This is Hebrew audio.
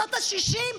בשנות השישים?